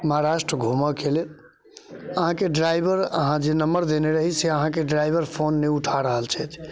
महाराष्ट्र घूमैके लेल अहाँके ड्राइवर अहाँ जे नंबर देने रही से अहाँके ड्राइवर फोन नहि उठा रहल छथि